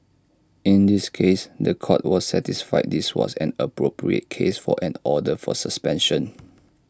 in this case The Court was satisfied this was an appropriate case for an order for suspension